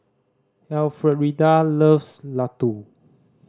Elfrieda loves laddu